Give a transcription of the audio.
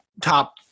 top